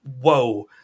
whoa